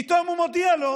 פתאום הוא מודיע לו